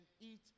eat